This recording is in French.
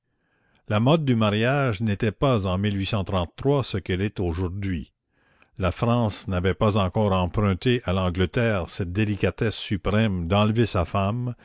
la mode du mariage n'était pas en ce qu'elle est aujourd'hui la france n'avait pas encore emprunté à l'angleterre cette délicatesse suprême d'enlever sa femme